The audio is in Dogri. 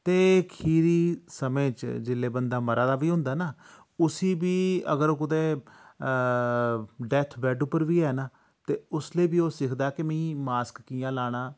ते खीरी समें च जिल्लै बंदा मरा दा बी होंदा ना उसी बी अगर कुतै डैथ बैड्ड पर बी ऐ ना ते उसलै बी ओह् सिखदा कि मी मास्क कि'यां लाना